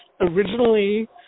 originally